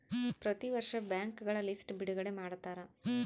ಪ್ರತಿ ವರ್ಷ ಬ್ಯಾಂಕ್ಗಳ ಲಿಸ್ಟ್ ಬಿಡುಗಡೆ ಮಾಡ್ತಾರ